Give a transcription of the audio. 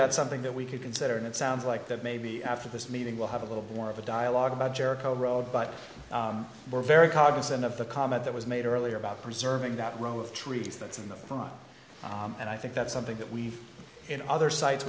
that's something that we could consider and it sounds like that maybe after this meeting we'll have a little more of a dialogue about jericho road but we're very cognizant of the comment that was made earlier about preserving that row of trees that's in the front and i think that's something that we've in other sites